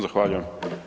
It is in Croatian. Zahvaljujem.